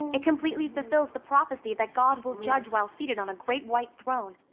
it completely fulfills the prophecy that god will judge while seated on a great white throne,